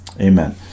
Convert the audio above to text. Amen